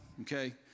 okay